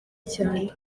cyane